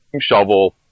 shovel